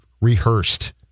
rehearsed